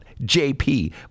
JP